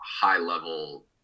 high-level